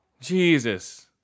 jesus